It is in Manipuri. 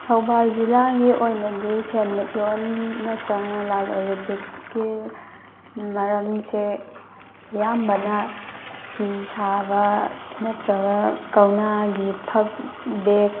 ꯊꯧꯕꯥꯜ ꯖꯤꯂꯥꯒꯤ ꯑꯣꯏꯅꯗꯤ ꯁꯦꯟꯃꯤꯠꯂꯣꯟ ꯅꯠꯇ꯭ꯔꯒꯅ ꯂꯂꯣꯟ ꯏꯇꯤꯛ ꯀꯤ ꯃꯔꯝꯁꯦ ꯑꯌꯥꯝꯕꯅ ꯐꯤ ꯁꯥꯕ ꯅꯠꯇ꯭ꯔꯒ ꯀꯧꯅꯥꯒꯤ ꯐꯛ ꯕꯦꯛ